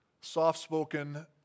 soft-spoken